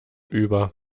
über